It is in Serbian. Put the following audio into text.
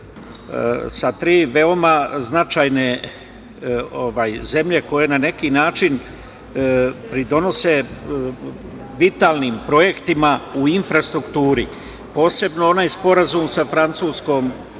sa tri veoma značajne zemlje koje na neki način pridonose vitalnim projektima u infrastrukturi, posebno onaj sporazum sa Francuskom. Kada smo